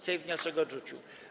Sejm wniosek odrzucił.